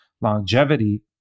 longevity